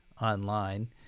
online